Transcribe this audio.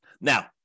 Now